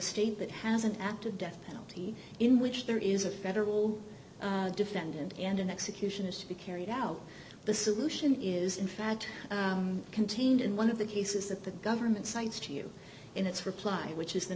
state that has an active death penalty in which there is a federal defendant and an execution is to be carried out the solution is in fact contained in one of the cases that the government cites to you in its reply which is the